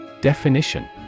Definition